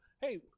hey